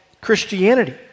Christianity